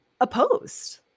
opposed